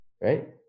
right